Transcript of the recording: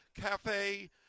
Cafe